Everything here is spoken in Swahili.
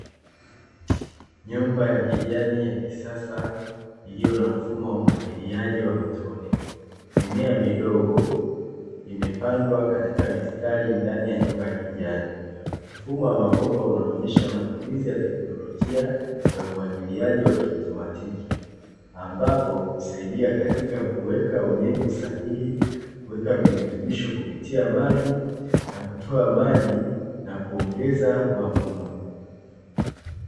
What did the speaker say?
Nyumba ya kijani ya kisasa iliyo na mfumo wa umwagiliaji wa matone. Mimea midogo imepandwa katika mistari ndani ya nyumba ya kijani, mfumo wa mabomba unaonyesha matumizi ya teknolojia ya umwagiliaji wa kiautomatiki ambapo husaidia katika kuweka unyevu sahihi, kuweka virutubisho kupitia maji na kutoa maji na kuongeza mavuno.